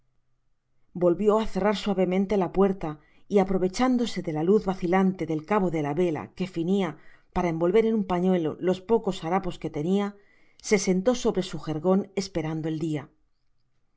volvió á cerrar suavemente la puerta y aprovechándose de la luz vacilante del cabo de la vela que finia para envolver en un pañuelo los pocos harapos que tenia se sentó sobre su jergon esperando el dia